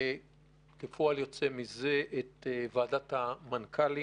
וכפועל יוצא מזה, את ועדת המנכ"לים.